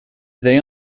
they